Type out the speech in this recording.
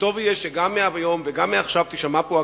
וטוב יהיה שגם היום תישמע פה הקריאה: